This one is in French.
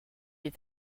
est